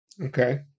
Okay